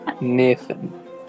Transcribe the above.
Nathan